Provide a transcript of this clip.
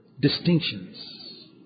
distinctions